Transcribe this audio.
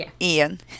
Ian